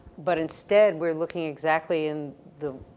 but, instead we're looking exactly in the